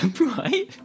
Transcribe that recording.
right